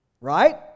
Right